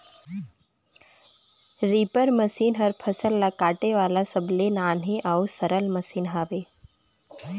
reaper machine हर फसल ल काटे वाला सबले नान्ही अउ सरल मसीन हवे